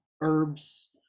herbs